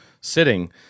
sitting